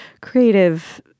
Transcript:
creative